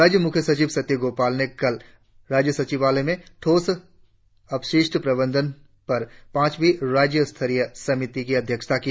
राज्य मुख्य सचिव सत्य गोपाल ने कल राज्य सचिवालय में ठोस अपशिष्ठ प्रबंधन पर पांचवीं राज्य स्तरीय समिति की अध्यक्षता की